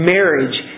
Marriage